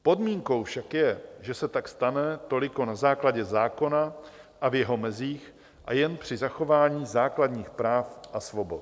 Podmínkou však je, že se tak stane toliko na základě zákona a v jeho mezích a jen při zachování základních práv a svobod.